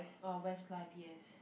orh westlife yes